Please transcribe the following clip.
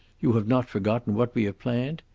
you have not forgotten what we have planned?